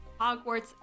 Hogwarts